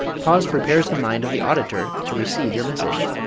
pause prepares the mind of the auditor to receive your message